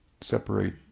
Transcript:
separate